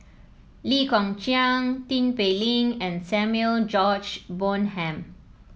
Lee Kong Chian Tin Pei Ling and Samuel George Bonham